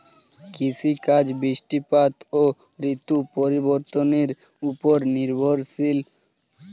কৃষিকাজ বৃষ্টিপাত ও ঋতু পরিবর্তনের উপর নির্ভরশীল